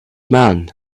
man